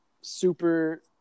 super